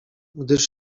gdyż